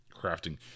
crafting